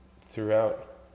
throughout